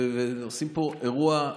ועושים פה אירוע.